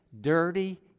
dirty